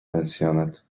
pensjonat